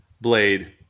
blade